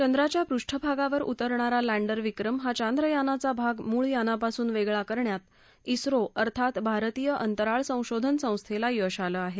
चंद्राच्या पृष्ठभागावर उतरणारा लैंडर विक्रम हा चांद्रयानाचा भाग मूळ यानापासून वेगळा करण्यात उत्तो अर्थात भारतीय अंतराळ संशोधन संस्थेला यश आलं आहे